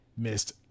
Missed